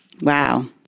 Wow